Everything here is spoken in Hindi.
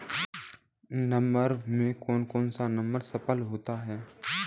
नवंबर में कौन कौन सी फसलें होती हैं?